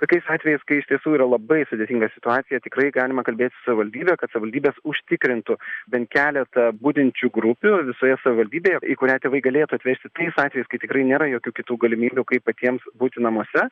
tokiais atvejais kai iš tiesų yra labai sudėtinga situacija tikrai galima kalbėti su savivaldybe kad savivaldybės užtikrintų bent keletą budinčių grupių visoje savivaldybėje į kurią tėvai galėtų atvesti tais atvejais kai tikrai nėra jokių kitų galimybių kaip patiems būti namuose